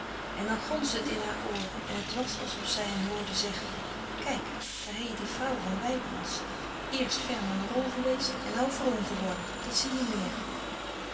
en dan gonsde t in haar ooren en t was alsof zij hen hoorde zeggen kijk daar hei-je die vrouw van wybrands eerst ferm aan de rol geweest en nou vroom geworde dat zie je meer